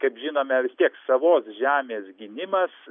kaip žinome vis tiek savos žemės gynimas